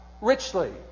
richly